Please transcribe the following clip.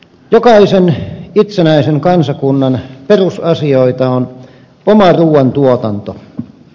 jokaisen itsenäisen kansakunnan perusasioita on oma ruuantuotanto